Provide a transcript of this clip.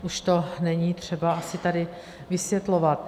Už to není třeba asi tady vysvětlovat.